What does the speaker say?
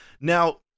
Now